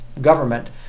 government